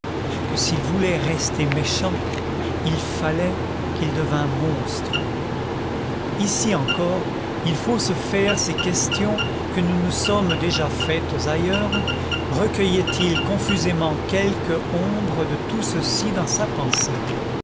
que s'il voulait rester méchant il fallait qu'il devînt monstre ici encore il faut se faire ces questions que nous nous sommes déjà faites ailleurs recueillait il confusément quelque ombre de tout ceci dans sa pensée